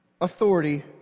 authority